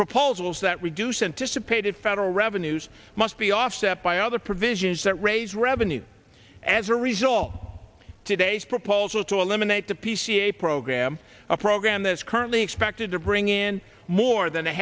proposals that reduce anticipated federal revenues must be offset by other provisions that raise revenue as a result of today's proposal to eliminate the pca program a program that is currently expected to bring in more than a